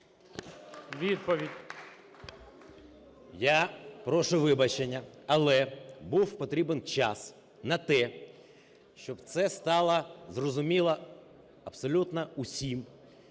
М.А. Я прошу вибачення, але був потрібен час на те, щоб це стало зрозуміло абсолютно всім,